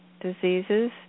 diseases